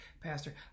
Pastor